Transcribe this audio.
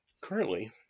Currently